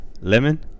Lemon